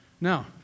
Now